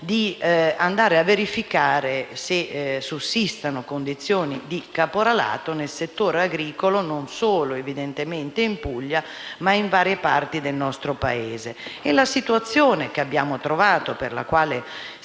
di verificare se sussistano condizioni di caporalato nel settore agricolo, non solo evidentemente in Puglia, ma in varie parti del nostro Paese. La situazione che abbiamo trovato, e per la quale